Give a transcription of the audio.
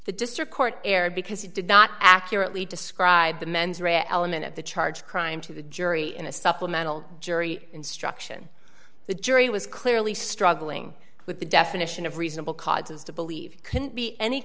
the district court error because it did not accurately describe the mens rea element of the charge crime to the jury in a supplemental jury instruction the jury was clearly struggling with the definition of reasonable cause to believe couldn't be any